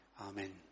Amen